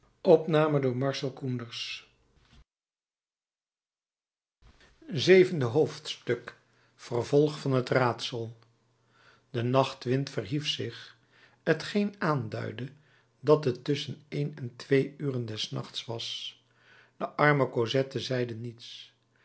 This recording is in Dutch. zevende hoofdstuk vervolg van het raadsel de nachtwind verhief zich t geen aanduidde dat het tusschen één en twee uren des nachts was de arme cosette zeide niets